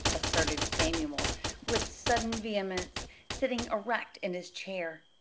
asserted samuel with sudden vehemence, sitting erect in his chair.